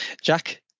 Jack